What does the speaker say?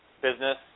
business